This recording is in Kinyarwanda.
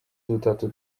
dutatu